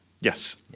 Yes